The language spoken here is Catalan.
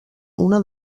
una